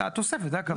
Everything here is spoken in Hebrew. התוספת זאת השאלה.